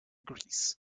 greece